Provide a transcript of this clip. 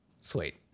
Sweet